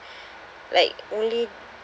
like only